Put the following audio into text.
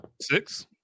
Six